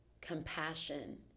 compassion